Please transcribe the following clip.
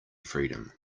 freedom